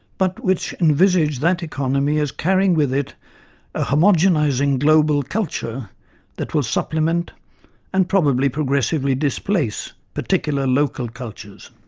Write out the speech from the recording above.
but which envisage that economy as carrying with it a homogenising global culture that will supplement and probably progressively displace particular local cultures.